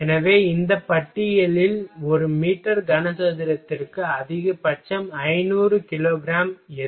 எனவே இந்த பட்டியலில் ஒரு மீட்டர் கனசதுரத்திற்கு அதிகபட்சம் 500 கிலோ கிராம் எது